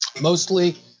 Mostly